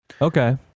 Okay